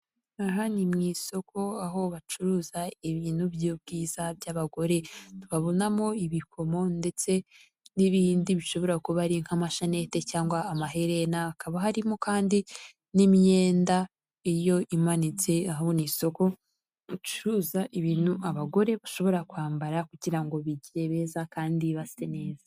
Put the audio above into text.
Aha ni mu isoko aho bacuruza ibintu by'ubwiza by'abagore, turabonamo ibikomo ndetse n'ibindi bishobora kuba ari nk'amashanete cyangwa amaherena, hakaba harimo kandi n'imyenda iyo imanitse, aho ni isoko bacuruza ibintu abagore bashobora kwambara kugira ngo bigire beza kandi base neza.